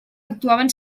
actuaven